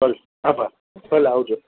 ભલે આભાર ભલે આવજો